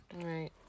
Right